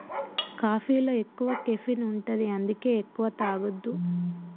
కాఫీలో ఎక్కువ కెఫీన్ ఉంటది అందుకే ఎక్కువ తాగొద్దు